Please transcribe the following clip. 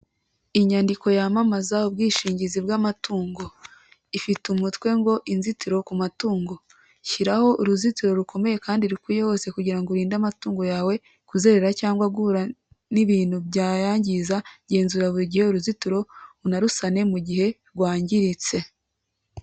Inyandiko yamamaza ubwishingizi bw'amatungo. Ifite umutwe ngo:" Inzitiro ku matungo. Shyiraho uruzitiro rukomeye kandi rukwiye hose kugira urinde amatungo yawe kuzerera cyangwa guhura n'ibintu byayangiza, genzura buri gihe uruzitiro, unarusane mu gihe rwangiritse."